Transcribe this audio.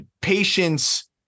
patience